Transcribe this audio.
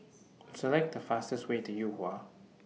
Select The fastest Way to Yuhua